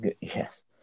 yes